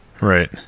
Right